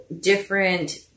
different